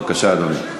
בבקשה, חבר הכנסת שי.